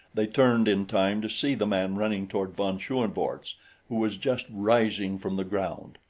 they turned in time to see the man running toward von schoenvorts who was just rising from the ground.